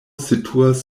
situas